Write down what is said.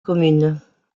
commune